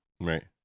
right